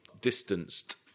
distanced